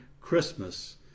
Christmas